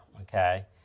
okay